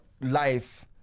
life